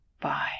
Bye